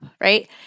right